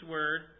Word